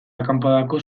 akanpadako